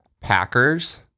Packers